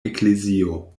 eklezio